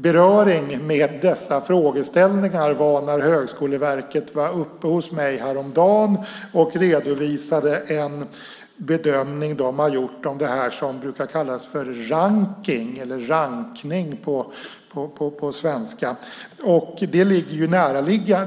beröring med dessa frågeställningar var när Högskoleverket var uppe hos mig häromdagen och redovisade en bedömning man har gjort om det som brukar kallas rankning.